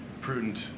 prudent